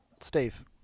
Steve